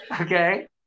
Okay